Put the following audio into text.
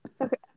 okay